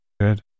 good